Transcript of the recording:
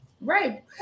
Right